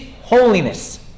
holiness